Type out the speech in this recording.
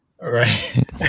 Right